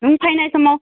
नों फायनाय समाव